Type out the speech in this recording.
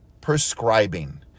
prescribing